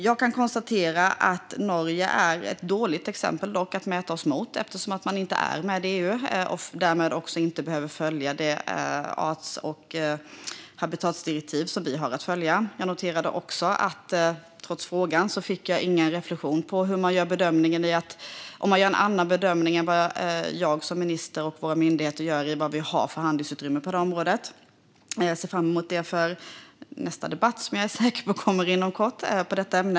Jag kan konstatera att Norge är ett dåligt exempel att mäta oss mot eftersom de inte är med i EU och därmed inte behöver följa det art och habitatdirektiv som vi har att följa. Jag noterade att jag, trots frågan, inte fick någon reflektion rörande om man gör en annan bedömning än vad jag som minister och våra myndigheter gör när det gäller vad vi har för handlingsutrymme på detta område. Jag ser fram emot detta i nästa debatt om detta ämne, som jag är säker på kommer inom kort.